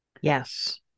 Yes